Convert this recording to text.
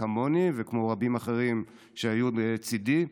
כמוני וכמו רבים אחרים שהיו לצידי,